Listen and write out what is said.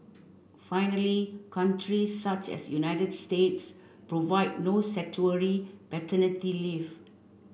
finally countries such as United States provide no statutory paternity leave